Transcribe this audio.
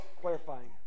Clarifying